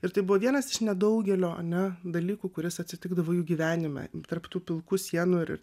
ir tai buvo vienas iš nedaugelio ane dalykų kuris atsitikdavo jų gyvenime tarp tų pilkų sienų ir